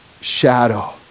shadow